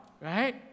right